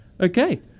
Okay